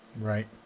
right